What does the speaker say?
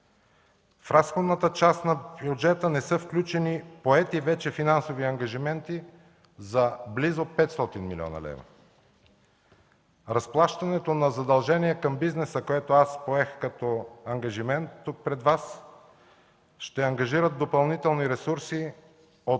В разходната част на бюджета не са включени поети вече финансови ангажименти за близо 500 млн. лв. Разплащането на задължения към бизнеса, което поех като ангажимент тук пред Вас, ще ангажира допълнителни ресурси от